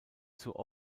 zur